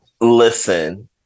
Listen